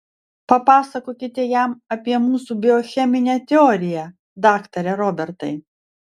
papasakokite jam apie mūsų biocheminę teoriją daktare robertai